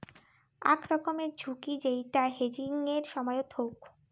আক রকমের ঝুঁকি যেইটা হেজিংয়ের সময়ত হউক